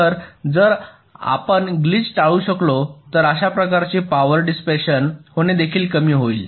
तर जर आपण ग्लिच टाळू शकलो तर अशा प्रकारची पावर डिसिप्शन होणे देखील कमी होईल